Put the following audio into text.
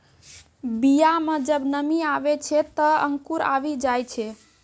बीया म जब नमी आवै छै, त अंकुर आवि जाय छै